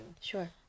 Sure